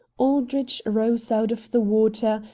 aldrich rose out of the water,